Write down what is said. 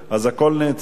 אז הכול נעצר.